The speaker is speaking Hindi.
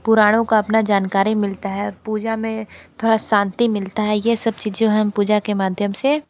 पुराणों का अपना जानकारी मिलता है और पूजा में थोड़ा शांति मिलता है ये सब चीज़ जो है हम पूजा के माध्यम से